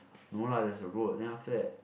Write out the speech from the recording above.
no lah there's a road then after that